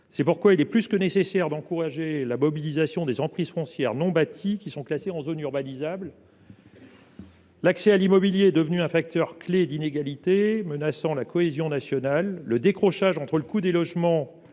de logements. Il est plus que nécessaire d’encourager la mobilisation des emprises foncières non bâties qui sont classées en zones urbanisables. L’accès à l’immobilier est devenu un facteur clé d’inégalité, menaçant la cohésion nationale. Le décrochage entre le coût du logement